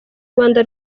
rwanda